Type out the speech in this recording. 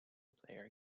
player